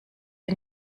ihr